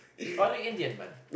toilet Indian man